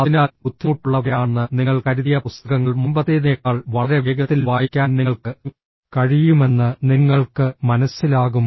അതിനാൽ ബുദ്ധിമുട്ടുള്ളവയാണെന്ന് നിങ്ങൾ കരുതിയ പുസ്തകങ്ങൾ മുമ്പത്തേതിനേക്കാൾ വളരെ വേഗത്തിൽ വായിക്കാൻ നിങ്ങൾക്ക് കഴിയുമെന്ന് നിങ്ങൾക്ക് മനസ്സിലാകും